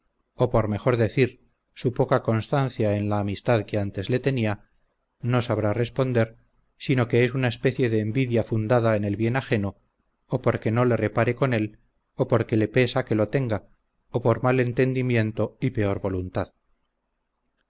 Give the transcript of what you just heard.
o por mejor decir su poca constancia en la amistad que antes le tenia no sabrá responder sino que es una especie de envidia fundada en el bien ajeno o porque no le reparte con él o porque le pesa que lo tenga o por mal entendimiento y peor voluntad